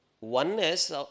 oneness